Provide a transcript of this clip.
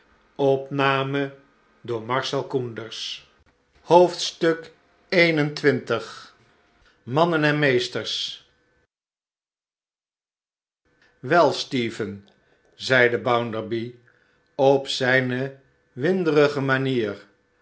xxi mannbn en meestebs wel stephen zeide bounderby op zh'ne winderige manier